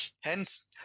Hence